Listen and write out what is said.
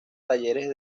talleres